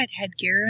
headgear